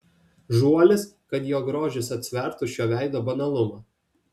žuolis kad jo grožis atsvertų šio veido banalumą